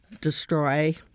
destroy